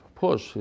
push